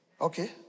Okay